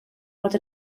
fod